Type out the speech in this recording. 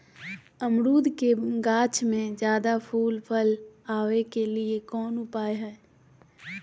अमरूद के गाछ में ज्यादा फुल और फल आबे के लिए कौन उपाय है?